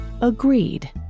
agreed